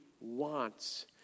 wants